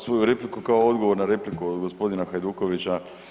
svoju repliku kao odgovor na repliku od gospodina Hajdukovića.